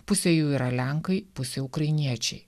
pusė jų yra lenkai pusė ukrainiečiai